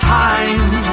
time